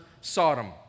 Sodom